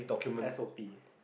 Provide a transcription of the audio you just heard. S_O_P